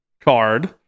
card